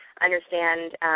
understand